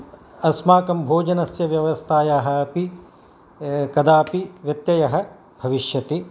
अस्माकं भोजनस्य व्यवस्थायाः अपि कदापि व्यत्ययः भविष्यति